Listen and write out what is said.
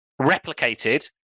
replicated